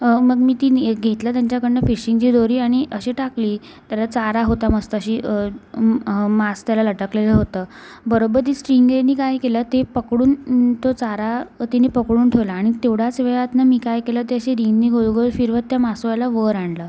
मग मी तिनी एक घेतलं त्यांच्याकडनं फिशिंगची दोरी आणि अशी टाकली त्याला चारा होता मस्त अशी मांस त्याला लटकलेलं होतं बरोबर ती स्ट्रिंगेनी काय केलं ते पकडून तो चारा तिने पकडून ठेवला आणि तेवढाच वेळात न मी काय केलं ते असे रिंगने गोलगोल फिरवत त्या मासोळ्याला वर आणलं